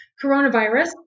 coronavirus